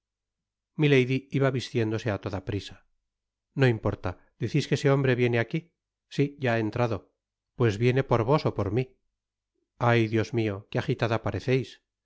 iba vistiéndose á toda prisa no importa decis que ese hombre viene aqui si ya ha entrado pues viene por vos ó por mí ay dios mio que agitada pareceis si